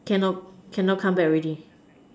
cannot cannot come back already